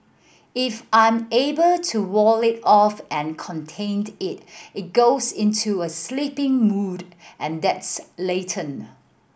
if I'm able to wall it off and contained it it goes into a sleeping mode and that's latent